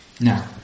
Now